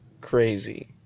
crazy